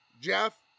Jeff